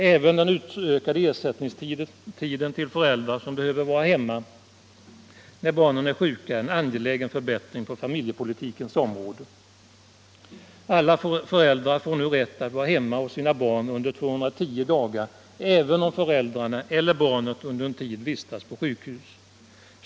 Även den utökade ersättningstiden för föräldrar som behöver vara hemma när barnen är sjuka är en angelägen förbättring på familjepolitikens område. Alla föräldrar får nu rätt att vara hemma hos sina barn under 210 dagar, även om föräldrarna eller barnet under en tid vistas på sjukhus.